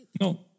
No